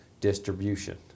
distribution